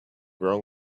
wrong